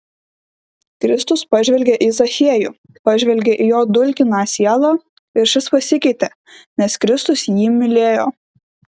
kristus pažvelgė į zachiejų pažvelgė į jo dulkiną sielą ir šis pasikeitė nes kristus jį mylėjo